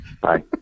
Bye